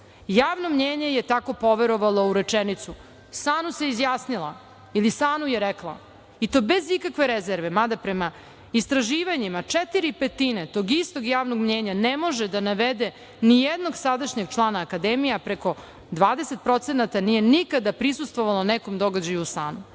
Javno mnjenje je tako poverovalo u rečenicu. SANU je izjavila ili SANU je rekla, i to bez ikakve rezerve, mada prema istraživanjima, četiri petine tog istog javnog mnjenja ne može da navede nijednog sadašnjeg člana akademije, a preko 20% nije nikada prisustvovalo nekom događaju u